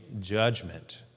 judgment